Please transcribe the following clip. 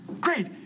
Great